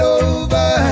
over